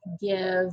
give